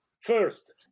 first